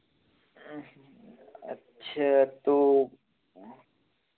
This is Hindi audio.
अच्छा तो